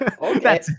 Okay